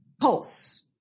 pulse